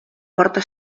porta